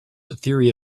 theory